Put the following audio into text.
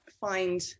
find